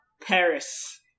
Paris